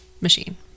machine